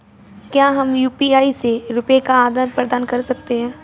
क्या हम यू.पी.आई से रुपये का आदान प्रदान कर सकते हैं?